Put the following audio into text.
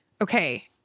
okay